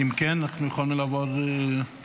אם כן, אנחנו יכולים לעבור להצבעה?